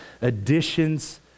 Additions